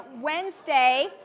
Wednesday